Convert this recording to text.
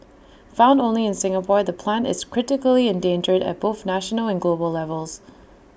found only in Singapore the plant is critically endangered at both national and global levels